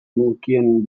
mukien